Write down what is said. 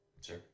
Sure